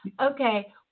okay